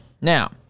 Now